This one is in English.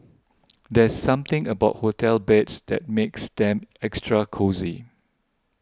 there's something about hotel beds that makes them extra cosy